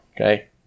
okay